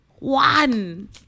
One